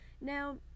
Now